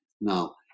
Now